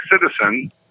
citizen